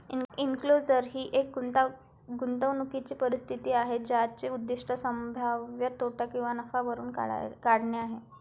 enclosure ही एक गुंतवणूकीची परिस्थिती आहे ज्याचे उद्दीष्ट संभाव्य तोटा किंवा नफा भरून काढणे आहे